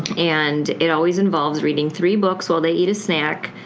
and it always involves reading three books while they eat a snack.